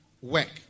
work